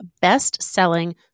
best-selling